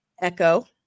Echo